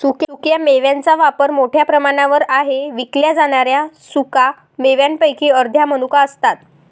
सुक्या मेव्यांचा वापर मोठ्या प्रमाणावर आहे विकल्या जाणाऱ्या सुका मेव्यांपैकी अर्ध्या मनुका असतात